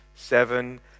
Seven